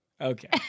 Okay